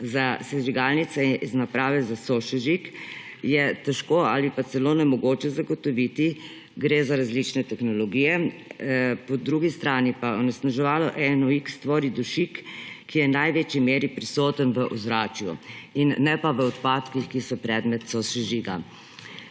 za sežigalnice in naprave za sosežig je težko ali pa celo nemogoče zagotoviti – gre za različne tehnologije. Po drugi strani pa onesnaževalo NOx tvori dušik, ki je v največji meri prisoten v ozračju, ne pa v odpadkih, ki so predmet sosežiga.